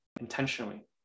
intentionally